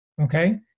Okay